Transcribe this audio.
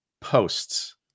posts